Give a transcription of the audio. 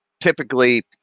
typically